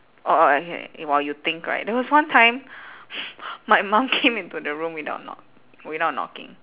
orh okay while you think right there was one time my mum came into the room without knock without knocking